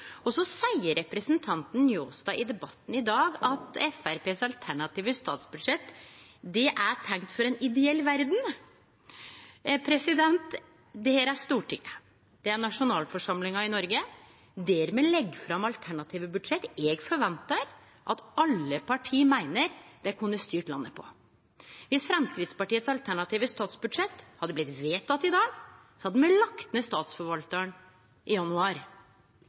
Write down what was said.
og så seier representanten Njåstad i debatten i dag at Framstegspartiets alternative statsbudsjett er tenkt for ei ideell verd. Dette er Stortinget, det er nasjonalforsamlinga i Noreg, der me legg fram alternative budsjett som eg forventar at alle parti meiner dei kunne styrt landet på. Viss Framstegspartiets alternative statsbudsjett hadde blitt vedteke i dag, så hadde me lagt ned Statsforvaltaren i januar